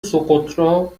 سُقُطرا